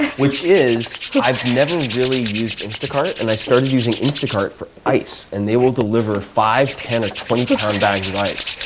which is i've never really used instacart, and i started using instacart for ice. and they will deliver five, ten, or twenty pound bags of ice.